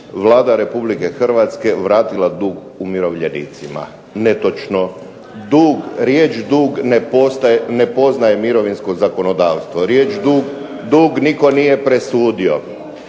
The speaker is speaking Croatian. Vlada Republike Hrvatske vratila dug umirovljenicima. Netočno. Riječ dug ne poznaje mirovinskog zakonodavstvo. Riječ dug nitko nije presudio.